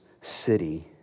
city